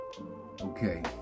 okay